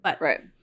Right